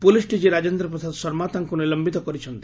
police DG Rajendra Prasad Sharma ତାଙ୍କୁ ନିଲମ୍ିତ କରିଛନ୍ତି